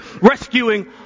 rescuing